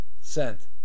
Sent